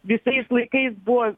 visais laikais buvo